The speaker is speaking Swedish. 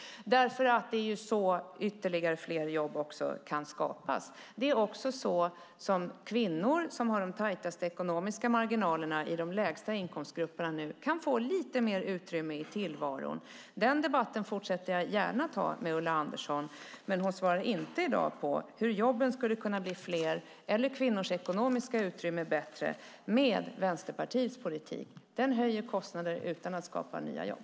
Det är så fler jobb kan skapas. Så kan kvinnor som har de tajtaste ekonomiska marginalerna i de lägsta inkomstgrupperna få lite mer utrymme i tillvaron. Den debatten fortsätter jag gärna med Ulla Andersson. Men Ulla Andersson svarar inte på hur jobben skulle kunna bli fler eller kvinnors ekonomiska utrymme bättre med Vänsterpartiets politik. Den höjer kostnader utan att skapa nya jobb.